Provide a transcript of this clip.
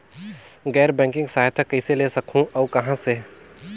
गैर बैंकिंग सहायता कइसे ले सकहुं और कहाँ से?